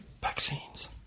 vaccines